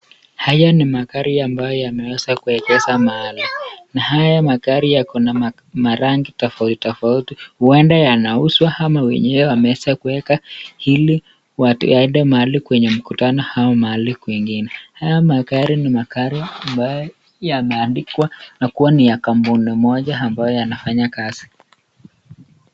Haya ni magari ambayo yamewezwa kuegezwa mahali na haya magari yana marangi tofauti tofauti huenda yanauzwa ama wenyewe wameweza kuweka ili wakienda kwenye mkutano au mahali kwingine, haya ni magari ambayo yameandikwa na kuwa ni ya kampuni moja ambayo yanafanya kazi.